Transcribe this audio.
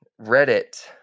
Reddit